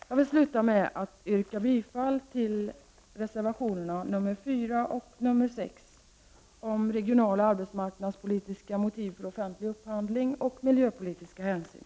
Jag vill sluta med att yrka bifall till reservationerna 4 och 6 om regionaloch arbetsmarknadspolitiska motiv för offentlig upphandling och om miljöpolitiska hänsyn.